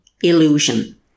illusion